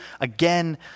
again